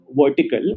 vertical